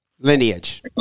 lineage